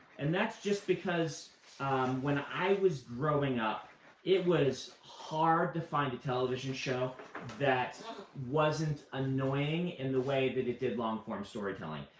and that's just because when i was growing up it was hard to find a television show that wasn't annoying in the way that it did long form storytelling.